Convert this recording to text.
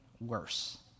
worse